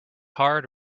hard